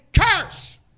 curse